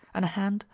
and a hand,